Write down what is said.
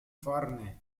vorne